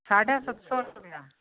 साढा सत सौ रुपिया